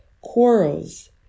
quarrels